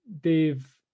Dave